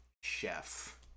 chef